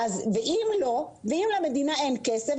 אם למדינה אין כסף,